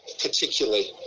particularly